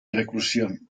reclusión